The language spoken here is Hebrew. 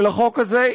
של החוק הזה,